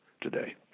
today